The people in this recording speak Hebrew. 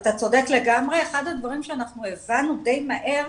אתה צודק לגמרי, אחד הדברים שהבנו די מהר,